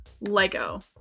Lego